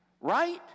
Right